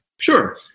Sure